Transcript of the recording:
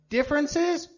Differences